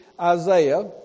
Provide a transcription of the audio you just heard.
Isaiah